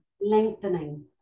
lengthening